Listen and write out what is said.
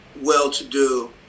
well-to-do